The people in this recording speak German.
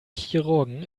chirurgen